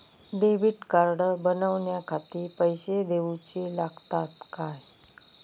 Debit card बनवण्याखाती पैसे दिऊचे लागतात काय?